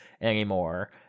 anymore